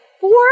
four